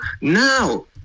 now